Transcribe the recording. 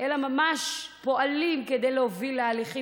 אלא ממש פועלים כדי להוביל להליכים